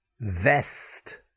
Vest